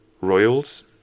Royals